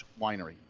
winery